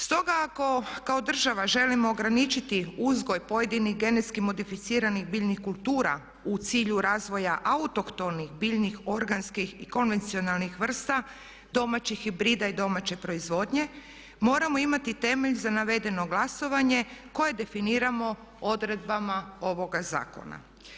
Stoga ako kao država želimo ograničiti uzgoj pojedinih GM biljnih kultura u cilju razvoja autohtonih biljnih, organskih i konvencionalnih vrsta, domaćih hibrida i domaće proizvodnje moramo imati temelj za navedeno glasovanje koje definiramo odredbama ovoga zakona.